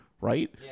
right